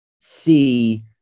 see